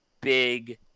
big